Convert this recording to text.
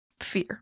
fear